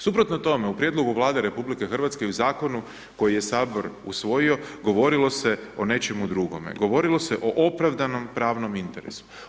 Suprotno tome, u prijedlogu Vlade RH u zakonu koji je Saboru usvojio govorilo se o nečemu drugome, govorimo se o opravdanom pravnom interesu.